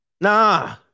Nah